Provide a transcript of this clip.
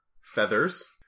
Feathers